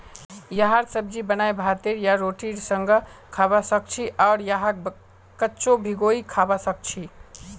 यहार सब्जी बनाए भातेर या रोटीर संगअ खाबा सखछी आर यहाक कच्चो भिंगाई खाबा सखछी